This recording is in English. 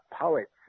poets